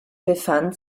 befand